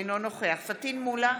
אינו נוכח פטין מולא,